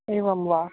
एवं वा